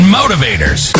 motivators